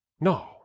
No